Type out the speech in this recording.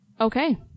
Okay